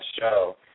show